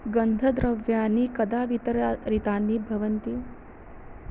गन्धद्रव्याणि कदा वितरारितानि भवन्ति